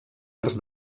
arts